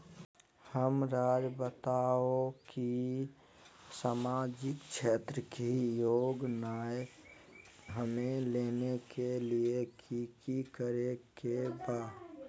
हमराज़ बताओ कि सामाजिक क्षेत्र की योजनाएं हमें लेने के लिए कि कि करे के बा?